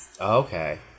Okay